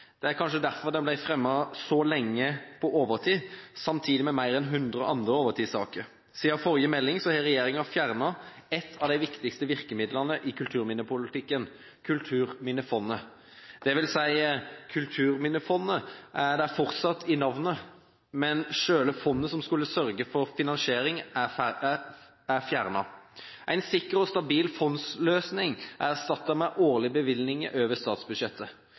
Det er kanskje derfor den ble fremmet så mye på overtid – samtidig med mer enn 100 andre overtidssaker. Siden forrige melding har regjeringen fjernet et av de viktigste virkemidlene i kulturminnepolitikken: Kulturminnefondet. Det vil si: Kulturminnefondet er der fortsatt i navnet, men selve fondet som skulle sørge for finansiering, er fjernet. En sikker og stabil fondsløsning er erstattet med årlige bevilgninger over statsbudsjettet.